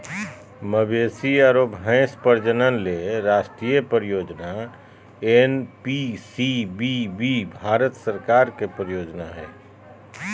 मवेशी आरो भैंस प्रजनन ले राष्ट्रीय परियोजना एनपीसीबीबी भारत सरकार के परियोजना हई